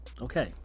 Okay